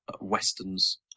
westerns